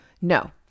No